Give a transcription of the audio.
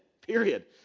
period